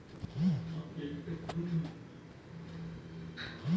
మా ఇంటికి లేదా భూమికి ఒకరికన్నా ఎక్కువ వాటాదారులు ఉన్నప్పుడు నాకు లోన్ పొందే అర్హత ఉందా?